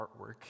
artwork